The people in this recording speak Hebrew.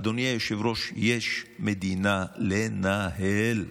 אדוני היושב-ראש, יש מדינה לנהל.